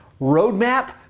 roadmap